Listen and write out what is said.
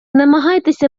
намагайся